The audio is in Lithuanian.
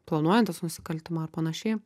planuojantis nusikaltimą ar panašiai